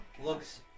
Looks